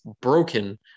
broken